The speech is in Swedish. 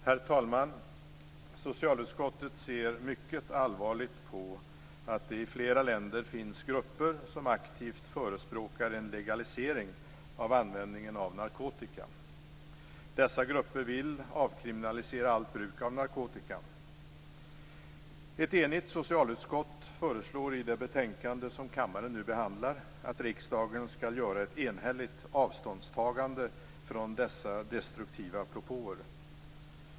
Herr talman! Socialutskottet ser mycket allvarligt på att det i flera länder finns grupper som aktivt förespråkar en legalisering av användningen av narkotika. Dessa grupper vill avkriminalisera allt bruk av narkotika. Ett enigt socialutskott föreslår i det betänkande som kammaren nu behandlar att riksdagen skall göra ett enhälligt avståndstagande från dessa destruktiva propåer.